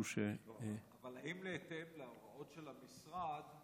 האם בהתאם להוראות של המשרד,